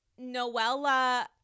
Noella